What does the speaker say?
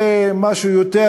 זה משהו יותר,